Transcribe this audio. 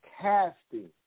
casting